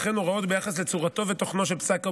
וכן הוראות ביחס לצורתו ולתוכנו של פסק הבוררות.